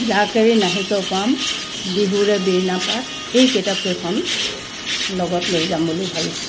জাকেৰি নাহিকে পাম বিহুৰে বীৰিনাপাত এই কিতাপকেইখন লগত লৈ যাম বুলি ভাবিছোঁ